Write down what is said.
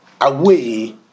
away